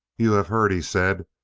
you have heard? he said.